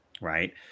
right